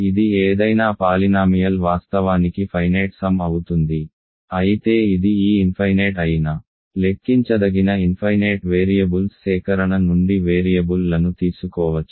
ఇది ఏదైనా పాలినామియల్ వాస్తవానికి ఫైనేట్ సమ్ అవుతుంది అయితే ఇది ఈ ఇన్ఫైనేట్ అయినా లెక్కించదగిన ఇన్ఫైనేట్ వేరియబుల్స్ సేకరణ నుండి వేరియబుల్లను తీసుకోవచ్చ